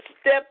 step